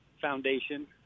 foundation